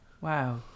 Wow